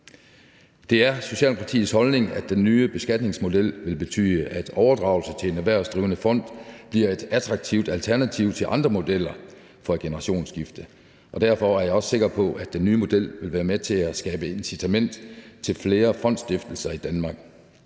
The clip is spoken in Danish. Det er Socialdemokratiets holdning, at den nye beskatningsmodel vil betyde, at overdragelse til en erhvervsdrivende fond bliver et attraktivt alternativ til andre modeller for et generationsskifte, og derfor er jeg også sikker på, at den nye model vil være med til at skabe incitament til flere fondsstiftelser i Danmark.